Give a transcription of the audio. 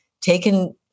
taken